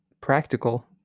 practical